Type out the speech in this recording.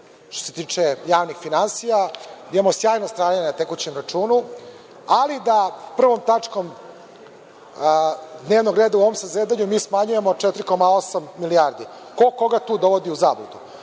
što se tiče javnih finansija, imamo sjajno stanje na tekućem računu, ali da prvom tačkom dnevnog reda u ovom zasedanju mi smanjujemo 4,8 milijardi. Ko koga tu dovodi u zabludu?